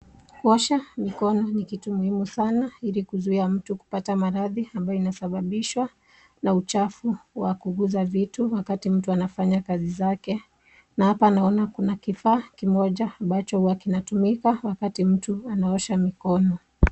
Kuosha mikono ni kitu muhimu sana ili kuzuia mtu kupata maradhi ambayo inasababishwa na uchafu wa kuguza vitu wakati mtu anafanya kazi zake na hapa naona kuna kifaa kimoja ambacho huwa kinatumika wakati mtu anaosha mikono.